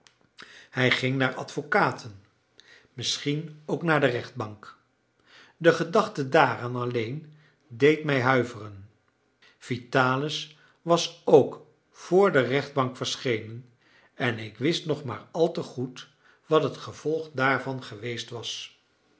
hij ging naar advocaten misschien ook naar de rechtbank de gedachte daaraan alleen deed mij huiveren vitalis was ook voor de rechtbank verschenen en ik wist nog maar al te goed wat het gevolg daarvan geweest was